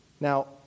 Now